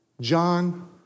John